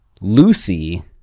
Lucy